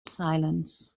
silence